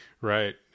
Right